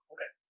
Okay